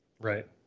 Right